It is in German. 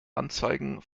anzeigen